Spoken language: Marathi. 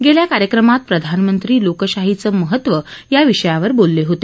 गेल्या कार्यक्रमात प्रधानमंत्री लोकशाहीचं महत्त्व या विषयावर बोलले होते